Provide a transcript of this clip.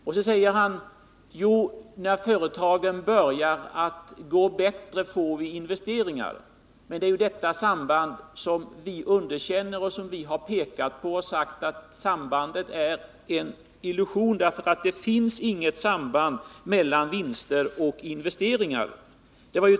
Vidare säger Johan Olsson: När företagen börjar gå bättre får vi investeringar. Men det är detta samband som vi underkänner. Det har vi pekat på, och vi har sagt att det sambandet är en illusion. Det finns inget samband mellan vinster och investeringar.